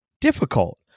difficult